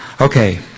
Okay